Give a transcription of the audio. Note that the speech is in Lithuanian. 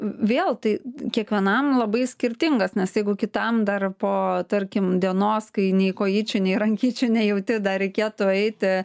vėl tai kiekvienam labai skirtingas nes jeigu kitam dar po tarkim dienos kai nei kojyčių nei rankyčių nejauti dar reikėtų eiti